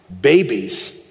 Babies